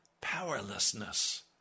powerlessness